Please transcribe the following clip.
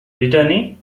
brittany